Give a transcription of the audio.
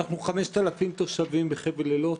אנחנו 5,000 תושבים בחבל אילות